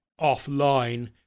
offline